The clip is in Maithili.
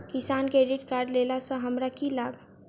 किसान क्रेडिट कार्ड लेला सऽ हमरा की लाभ?